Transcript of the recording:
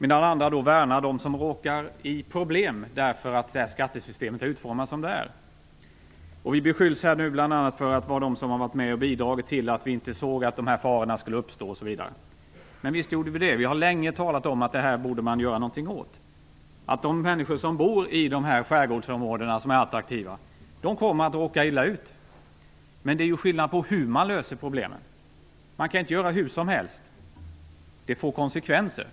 Andra värnar om dem som får problem, eftersom det här skattesystemet är utformat som det är. Vi beskylls här bl.a. för att ha varit med och bidragit till att vi inte såg att de här farorna skulle uppstå osv. Men visst gjorde vi det. Vi har länge talat om att man borde göra någonting åt det här. De människor som bor i attraktiva skärgårdsområden kommer att råka illa ut. Det är emellertid skillnad på hur man löser problemen. Man kan inte göra hur som helst. Det får konsekvenser.